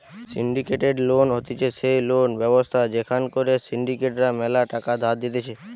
syndicated loan হতিছে সেই loan ব্যবস্থা যেখান করে সিন্ডিকেট রা ম্যালা টাকা ধার দিতেছে